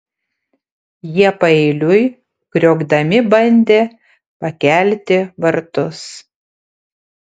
jie paeiliui kriokdami bandė pakelti vartus